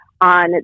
on